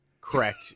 Correct